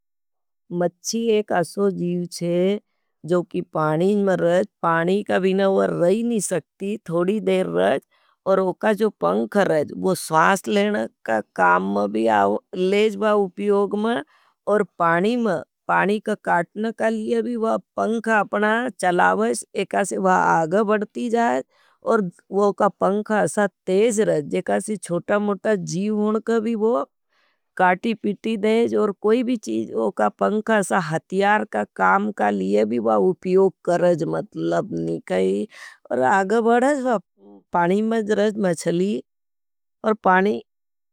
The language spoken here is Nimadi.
मच्ची एक अशो जीव छे, जोकि पानी में रज, पानी कभी न वर रही नहीं सकती। थोड़ी देर रज, और वोका जो पंख रज, वो स्वांस लेन का काम में भी आओ। लेज वा उपियोग में, पानी का काटना का लिए भी पंखा चलावस आग बढ़ती जायती। और वोका पंख असा तेज रज, जोकि छोता मोता जीव होनी का भी वो काटी पिती देज। और कोई भी पंखा सा हतियार का काम का लिये भी वा उप्योग करज। मतलब नहीं कही और आगबड़ाज पाणी मज रज मचली और पाणी।